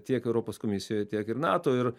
tiek europos komisijoj tiek ir nato ir